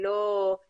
היא לא קמה,